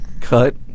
cut